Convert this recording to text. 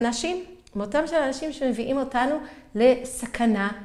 אנשים, מותם של אנשים שמביאים אותנו לסכנה.